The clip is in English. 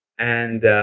and